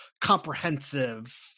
comprehensive